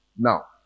Now